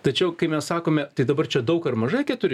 tačiau kai mes sakome tai dabar čia daug ar mažai keturi